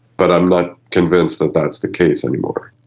but i'm not convinced that that's the case anymore.